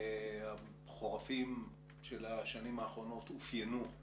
החורפים של השנים האחרונות אופיינו,